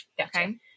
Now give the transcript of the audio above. Okay